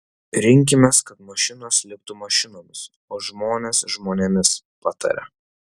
rinkimės kad mašinos liktų mašinomis o žmonės žmonėmis pataria